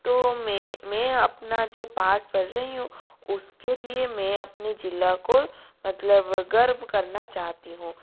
तो मैं मैं अपना जो पाठ पढ़ रही हूँ उसके लिए मैं अपने जिले को मतलब गर्व करना चाहती हूँ